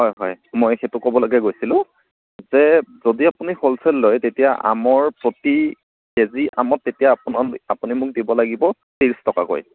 হয় হয় মই সেইটো ক'বলৈকে গৈছিলোঁ যে যদি আপুনি হ'লচেল লয় তেতিয়া আমৰ প্ৰতি কে জি আমত তেতিয়া আপুনি মোক দিব লাগিব ত্ৰিছ টকাকৈ